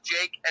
Jake